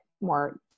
more